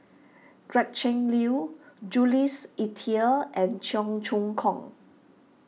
Gretchen Liu Jules Itier and Cheong Choong Kong